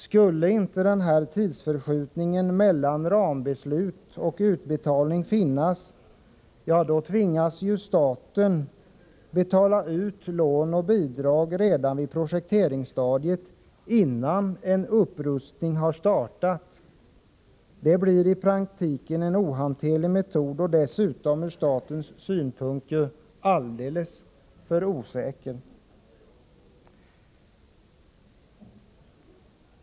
Skulle inte tidsförskjutningen mellan rambeslut och utbetalning finnas, tvingades staten betala ut lån och bidrag redan vid projekteringsstadiet, innan en upprustning har startat. Det blir i praktiken en ohanterlig metod, som dessutom ur statens synpunkt är alldeles för osäker.